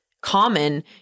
common